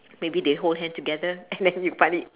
maybe they hold hand together and then you find it